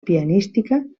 pianística